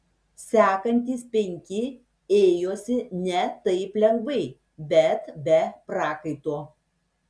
sekantys penki ėjosi ne taip lengvai bet be prakaito